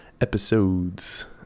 episodes